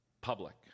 Public